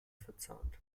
verzahnt